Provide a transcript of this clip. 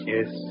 Yes